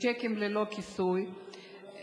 הצעת חוק שיקים ללא כיסוי (תיקון,